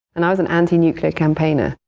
and i was an anti-nuclear campaigner.